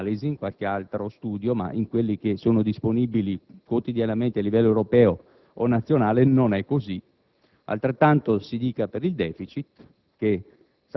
saranno scritti in qualche altra analisi, in qualche altro studio, ma in quelli che sono disponibili quotidianamente a livello europeo o nazionale non è così.